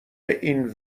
این